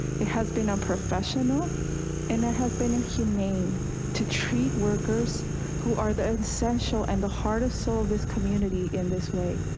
it has been unprofessional and it has been inhumane to treat workers who are the essential and the heart and soul of this community in this way.